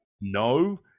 No